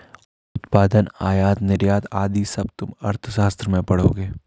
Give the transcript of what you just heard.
उत्पादन, आयात निर्यात आदि सब तुम अर्थशास्त्र में पढ़ोगे